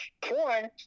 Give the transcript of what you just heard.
porn